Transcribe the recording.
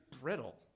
brittle